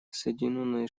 соединенные